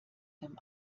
dem